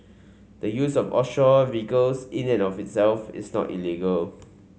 the use of offshore vehicles in and of itself is not illegal